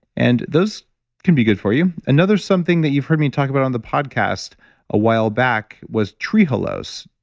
and those can be good for you. another something that you've heard me talk about on the podcast awhile back was trehalose,